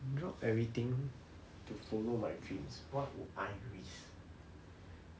drop everything to follow my dreams what would I risk